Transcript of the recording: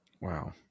Wow